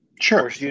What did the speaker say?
Sure